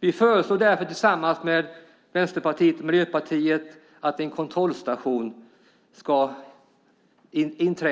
Vi föreslår därför, tillsammans med Vänsterpartiet och Miljöpartiet, en kontrollstation 2010